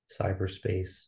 cyberspace